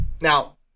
Now